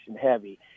heavy